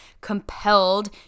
compelled